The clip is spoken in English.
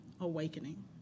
awakening